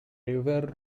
river